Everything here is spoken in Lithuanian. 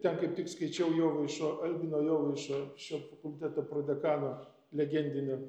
ten kaip tik skaičiau jovaišo albino jovaišo šio fakulteto prodekano legendinio